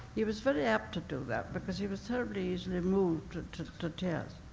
he was very apt to do that, because he was terribly easily moved to to tears.